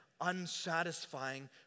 unsatisfying